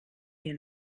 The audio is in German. wir